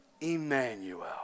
Emmanuel